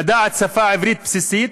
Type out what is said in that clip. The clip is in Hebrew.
לדעת שפה עברית בסיסית,